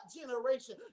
generation